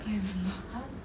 I can't remember